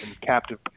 captive